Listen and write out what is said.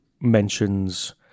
mentions